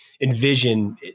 envision